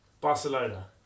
Barcelona